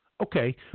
Okay